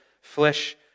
flesh